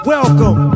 Welcome